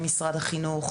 עם משרד החינוך,